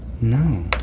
No